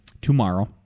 tomorrow